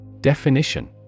Definition